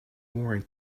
warrant